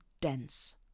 dense